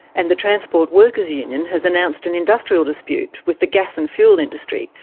and the transport workers union has announced an industrial dispute with the gas and fuel industry,